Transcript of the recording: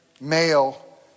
male